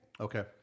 Okay